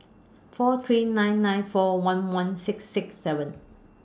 four three nine nine four one one six six seven